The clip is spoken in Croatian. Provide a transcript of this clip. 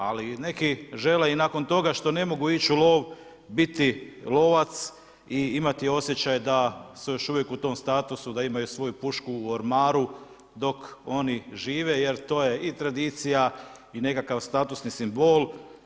Ali neki žele i nakon toga što ne mogu ići u lov biti lovac i imati osjećaj da su još uvijek u tom statusu da imaju svoju pušku u ormaru dok oni žive, jer to je i tradicija i nekakav statusni simbol.